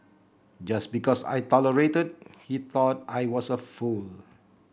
just because I tolerated he thought I was a fool